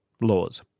laws